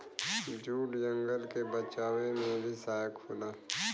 jute जंगल के बचावे में भी सहायक होला